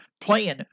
playing